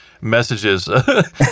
messages